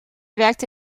werkte